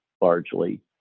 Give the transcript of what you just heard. largely